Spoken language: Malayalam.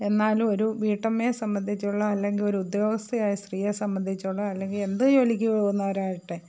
എന്നാലും ഒരു വീട്ടമ്മയെ സംബന്ധിച്ചുള്ള അല്ലെങ്കിൽ ഒരു ഉദ്യോഗസ്ഥയായ സ്ത്രീയെ സംബന്ധിച്ചുള്ള അല്ലെങ്കിൽ എന്ത് ജോലിക്കോ പോവുന്നവർ അകട്ടെ